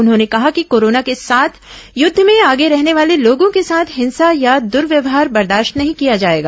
उन्होंने कहा कि कोरोना के साथ युद्ध में आगे रहने वाले लोगों के साथ हिंसा या दुर्वयवहार बर्दाश्त नहीं किया जाएगा